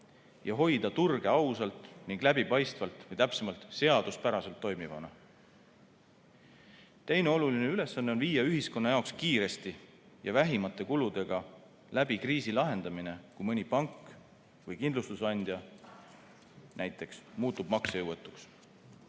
ja hoida turge ausalt ning läbipaistvalt, või täpsemalt, seaduspäraselt toimivana. Teine oluline ülesanne on viia ühiskonna jaoks kiiresti ja vähimate kuludega läbi kriisi lahendamine, kui mõni pank või kindlustusandja näiteks muutub